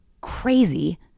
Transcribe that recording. crazy